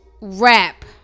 rap